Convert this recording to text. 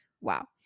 wow